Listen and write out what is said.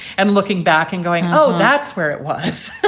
and looking back and going, oh, that's where it was,